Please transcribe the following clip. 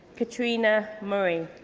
katrina murray.